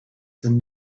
can